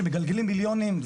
שמגלגלים מיליונים,